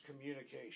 communication